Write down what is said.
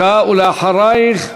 ואחרייך,